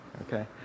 Okay